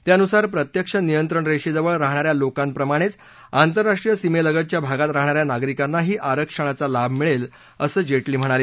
त्यानुसार प्रत्यक्ष नियंत्रण रेषेजवळ राहणाऱ्या लोकाप्रमाणेच आतरराष्ट्रीय सीमेलगतच्या भागात राहणाऱ्या नागरिकांनाही आरक्षणाचा लाभ मिळेल असं जेटली म्हणाले